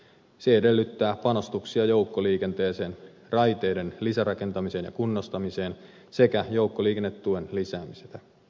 se edellyttää panostuksia joukkoliikenteeseen raiteiden lisärakentamiseen ja kunnostamiseen sekä joukkoliikennetuen lisäämistä